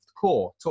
core